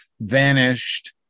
vanished